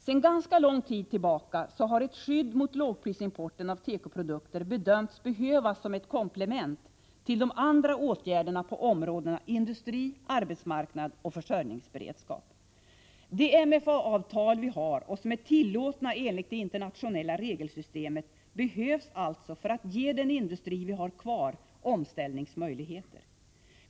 Sedan ganska lång tid tillbaka har man bedömt att ett skydd mot lågprisimporten av tekoprodukter behövs som ett komplement till de andra åtgärderna på områdena industri, arbetsmarknad och försörjningsberedskap. De MFA-avtal vi har och som är tillåtna enligt det internationella regelsystemet behövs alltså för att ge den industri vi har kvar omställningsmöjligheter.